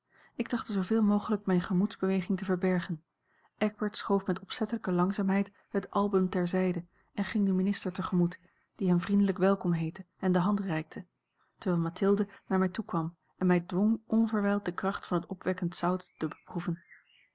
ik trachtte zooveel mogelijk mijne gemoedsbeweging te verbergen eckbert schoof met opzettelijke langzaamheid het album ter zijde en ging den minister te gemoet die hem vriendelijk welkom heette en de hand reikte terwijl mathilde naar mij toekwam en mij dwong onverwijld de kracht van het opwekkend zout te beproeven